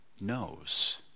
knows